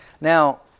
Now